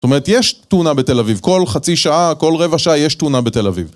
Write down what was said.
זאת אומרת יש תאונה בתל אביב, כל חצי שעה, כל רבע שעה יש תאונה בתל אביב.